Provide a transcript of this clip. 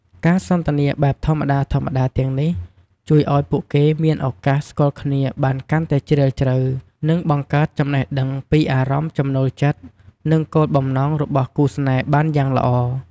ការសន្ទនាបែបធម្មតាៗទាំងនេះ ជួយឲ្យពួកគេមានឱកាសស្គាល់គ្នាបានកាន់តែជ្រាលជ្រៅ និងបង្កើតចំណេះដឹងពីអារម្មណ៍ ចំណូលចិត្ត និងគោលបំណងរបស់គូស្នេហ៍បានយ៉ាងល្អ។